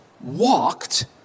walked